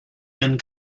been